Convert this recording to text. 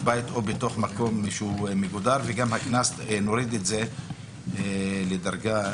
בתוך מקום מגודר וגם נוריד את הקנס לדרגה...